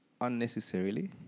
unnecessarily